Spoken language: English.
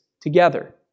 together